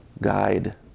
guide